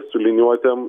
su liniuotėm